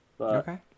Okay